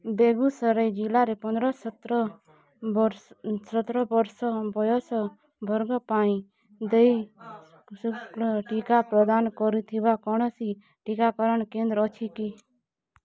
ବେଗୁସରାଇ ଜିଲ୍ଲାରେ ପନ୍ଦର ସତର ବର୍ଷ ସତର ବର୍ଷ ବୟସ ବର୍ଗଙ୍କ ପାଇଁ ଦେଇ ଟିକା ପ୍ରଦାନ କରୁଥିବା କୌଣସି ଟିକାକରଣ କେନ୍ଦ୍ର ଅଛି କି